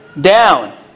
down